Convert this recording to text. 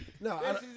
No